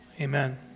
Amen